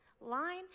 line